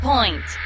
Point